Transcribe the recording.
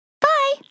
Bye